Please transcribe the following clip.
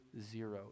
zero